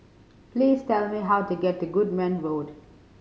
please tell me how to get to Goodman Road